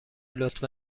لطفا